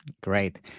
Great